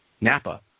Napa